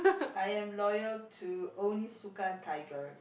I am loyal to Onitsuka-Tiger